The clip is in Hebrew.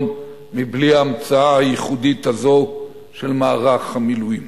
בלי ההמצאה הייחודית הזאת של מערך המילואים